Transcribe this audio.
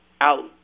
out